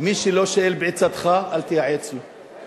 מי שלא שואל בעצתך, אל תייעץ לו,